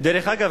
דרך אגב,